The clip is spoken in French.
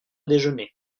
déjeuner